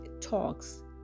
talks